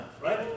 right